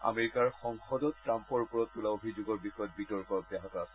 আমেৰিকাৰ সংসদত ট্ৰাম্পৰ ওপৰত তোলা অভিযোগৰ বিষয়ত বিতৰ্ক অব্যাহত আছে